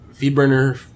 Feedburner